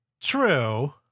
True